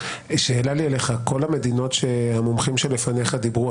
שאלה לי אליך: כל המדינות שהמומחים שלפניך דיברו,